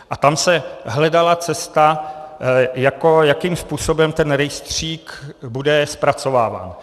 A tam se hledala cesta, jakým způsobem ten rejstřík bude zpracováván.